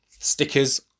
Stickers